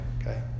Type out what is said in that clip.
okay